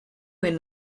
and